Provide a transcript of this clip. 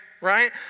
right